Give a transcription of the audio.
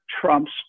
trumps